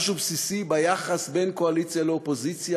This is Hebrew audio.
משהו בסיסי ביחס בין קואליציה לאופוזיציה,